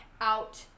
out